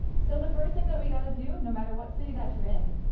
so the first thing that we've got to do, no matter what city that you're in,